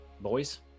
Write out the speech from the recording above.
boys